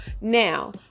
Now